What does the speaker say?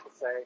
say